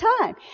time